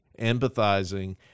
empathizing